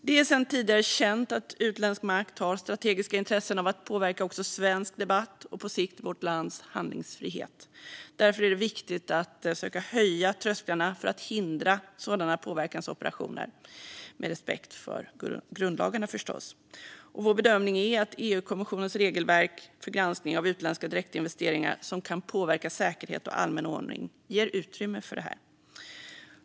Det är sedan tidigare känt att utländsk makt har strategiska intressen av att påverka svensk debatt och på sikt vårt lands handlingsfrihet. Därför är det viktigt att söka höja trösklarna för sådana påverkansoperationer i syfte att hindra dem, naturligtvis med respekt för grundlagarna. Vår bedömning är att EU-kommissionens regelverk för granskning av utländska direktinvesteringar som kan påverka säkerhet och allmän ordning ger utrymme för detta.